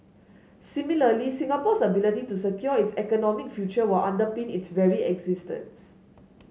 similarly Singapore's ability to secure its economic future will underpin its very existence